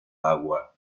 agua